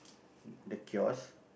the kiosk